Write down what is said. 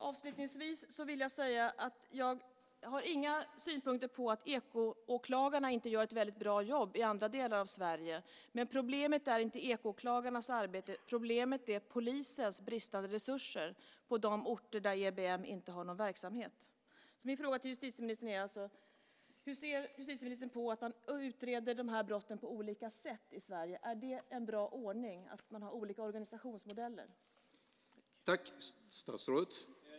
Avslutningsvis vill jag säga att jag inte har några andra synpunkter än att ekoåklagarna gör ett väldigt bra jobb även i andra delar av Sverige. Problemet är inte ekoåklagarnas arbete. Problemet är polisens bristande resurser på orter där EBM inte har någon verksamhet. Min fråga till justitieministern är alltså: Hur ser justitieministern på att man utreder de här brotten på olika sätt i Sverige? Är det en bra ordning att man har olika organisationsmodeller?